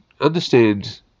understand